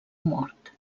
mort